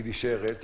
היא נשארת -- נכון.